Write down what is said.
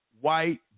white